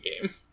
game